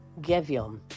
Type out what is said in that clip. Gevion